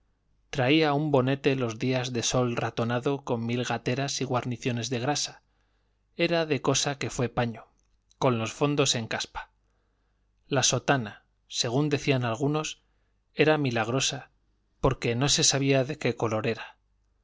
traía un bonete los días de sol ratonado con mil gateras y guarniciones de grasa era de cosa que fue paño con los fondos en caspa la sotana según decían algunos era milagrosa porque no se sabía de qué color era